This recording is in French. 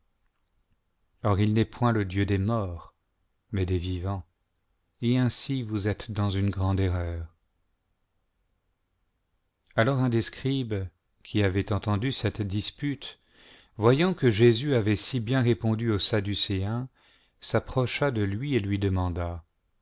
il n'est point le dieu des morts mais des vivants et ainsi vous êtes dans une grande erreur alors un des scribes qui avait entendu cette dispute voyant que jésus avait si bien répondu aux sadducéens s'approcha de lui et lui demanda